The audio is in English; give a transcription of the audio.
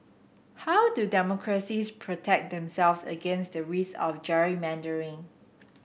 how do democracies protect themselves against the risk of gerrymandering